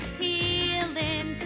healing